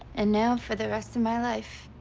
and now, for the rest of my life,